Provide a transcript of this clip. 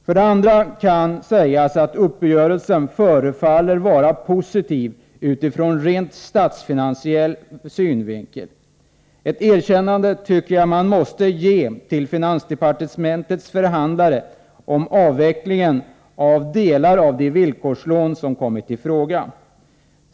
För det andra kan sägas att uppgörelsen förefaller vara positiv utifrån rent statsfinansiell synvinkel. Ett erkännande tycker jag man måste ge till finansdepartementets förhandlare om avvecklingen av delar av de villkorslån som kommit i fråga.